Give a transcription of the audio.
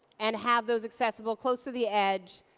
and have those accessible, close to the edge.